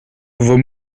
vos